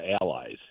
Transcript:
allies